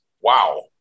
Wow